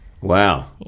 Wow